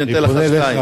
אני נותן לך שתיים.